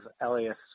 Elias